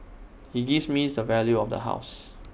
he gives me the value of the house